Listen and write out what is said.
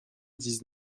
dix